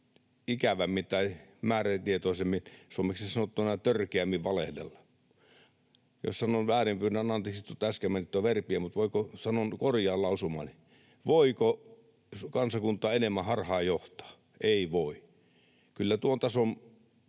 ikävämmin tai määrätietoisemmin, suomeksi sanottuna törkeämmin, valehdella. Jos sanoin väärin, pyydän anteeksi tuota äsken mainittua verbiä, mutta korjaan lausumani: voiko kansakuntaa enemmän harhaan johtaa. Ei voi. Kyllä tuon tason